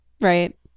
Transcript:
right